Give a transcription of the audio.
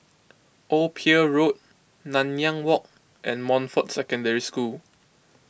Old Pier Road Nanyang Walk and Montfort Secondary School